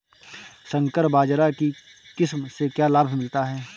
संकर बाजरा की किस्म से क्या लाभ मिलता है?